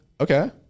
Okay